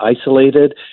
isolated